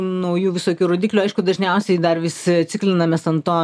naujų visokių rodiklių aišku dažniausiai dar vis ciklinamės ant to